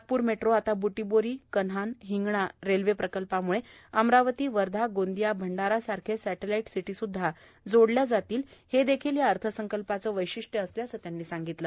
Nagpur metro आता Butibori Kanhan Hingna railway प्रकल्पाम्ळे अमरावती वर्धा गोंदिया भंडारा सारखे सॅटेलाईट सिटी सुद्धा जोडल्या जातील हे देखील या अर्थसंकल्पाचे वैशिष्ट्य असल्याचं त्यांनी सांगितलं